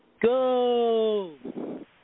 Go